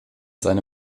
seine